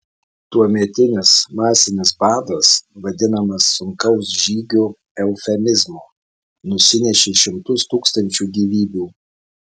tuometinis masinis badas vadinamas sunkaus žygio eufemizmu nusinešė šimtus tūkstančių gyvybių